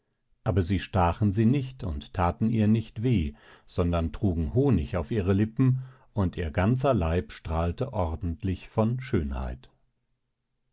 aber sie stachen sie nicht und thaten ihr nicht weh sondern trugen honig auf ihre lippen und ihr ganzer leib strahlte ordentlich von schönheit